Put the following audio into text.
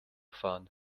fahren